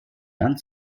dann